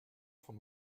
von